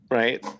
right